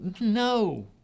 no